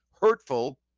hurtful